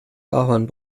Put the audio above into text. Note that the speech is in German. ahorn